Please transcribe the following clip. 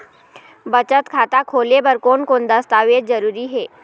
बचत खाता खोले बर कोन कोन दस्तावेज जरूरी हे?